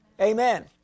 Amen